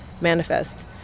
manifest